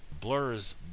Blur's